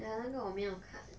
eh 那个我没有看